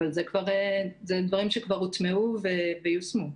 אבל אלו דברים שכבר הוטמעו ויושמו.